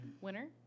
Winner